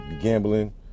gambling